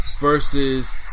versus